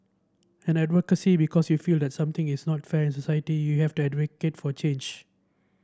and advocacy because you feel that something is not fair in society you have to advocate for change